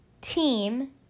team